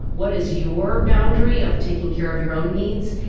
what is your boundary of taking care of your own needs,